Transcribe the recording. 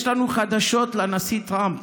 יש לנו חדשות לנשיא טראמפ: